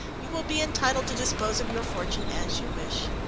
you will be entitled to dispose of your fortune as you wish.